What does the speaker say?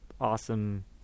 awesome